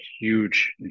huge